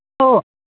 हो